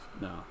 No